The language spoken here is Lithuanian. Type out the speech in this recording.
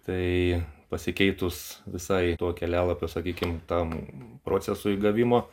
tai pasikeitus visai to kelialapio sakykim tam procesui gavimo